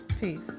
Peace